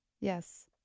Yes